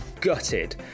Gutted